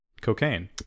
cocaine